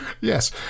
Yes